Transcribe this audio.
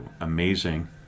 amazing